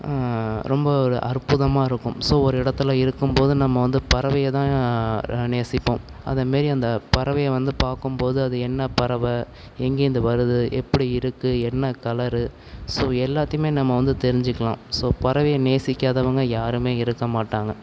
ரொம்ப ஒரு அற்புதமாக இருக்கும் ஸோ ஒரு இடத்துல இருக்கும் போது நம்ம வந்து பறவையை தான் நேசிப்போம் அதை மாரி அந்த பறவையை வந்து பார்க்கும் போது அது என்ன பறவை எங்கேயிருந்து வருது எப்படி இருக்குது என்ன கலர் ஸோ எல்லாத்தேயுமே நம்ம வந்து தெரிஞ்சிக்கலாம் ஸோ பறவையை நேசிக்காதவங்க யாருமே இருக்க மாட்டாங்க